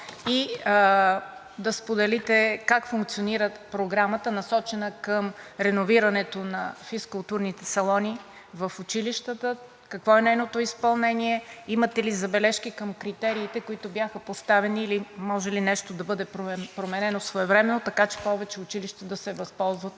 и да споделите как функционира програмата, насочена към реновирането на физкултурните салони в училищата? Какво е нейното изпълнение, имате ли забележки към критериите, които бяха поставени, може ли нещо да бъде променено своевременно, така че повече училища да се възползват